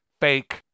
fake